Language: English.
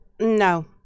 No